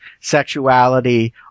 sexuality